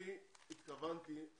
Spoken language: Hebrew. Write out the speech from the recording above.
אני לא מבין את העניין הזה.